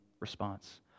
response